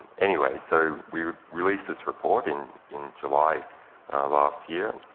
anyway, so we release this report in in july last year.